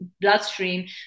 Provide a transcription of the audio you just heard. bloodstream